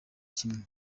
kimwe